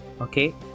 Okay